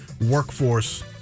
workforce